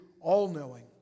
all-knowing